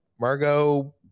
Margot